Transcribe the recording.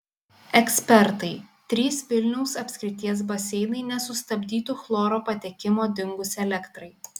ekspertai trys vilniaus apskrities baseinai nesustabdytų chloro patekimo dingus elektrai